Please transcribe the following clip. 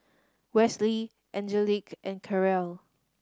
Westley Angelique and Karel